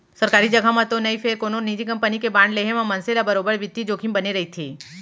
सरकारी जघा म तो नई फेर कोनो निजी कंपनी के बांड लेहे म मनसे ल बरोबर बित्तीय जोखिम बने रइथे